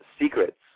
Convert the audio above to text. Secrets